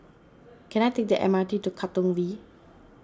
can I take the M R T to Katong V